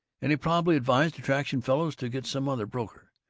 and he probably advised the traction fellows to get some other broker.